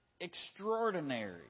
extraordinary